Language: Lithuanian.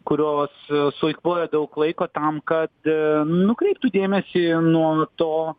kurios sueikvoja daug laiko tam kad nukreiptų dėmesį nuo to